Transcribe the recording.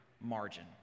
margin